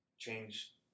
change